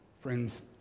Friends